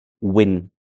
win